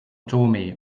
tomé